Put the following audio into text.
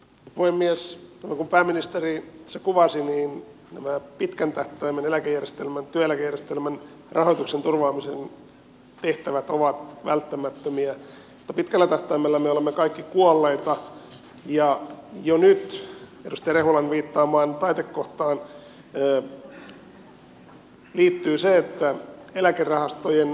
aivan kuten pääministeri tässä kuvasi nämä pitkän tähtäimen työeläkejärjestelmän rahoituksen turvaamisen tehtävät ovat välttämättömiä mutta pitkällä tähtäimellä me olemme kaikki kuolleita ja jo nyt edustaja rehulan viittaamaan taitekohtaan liittyy se että eläkerahastojen